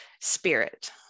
spirit